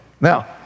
Now